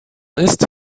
ist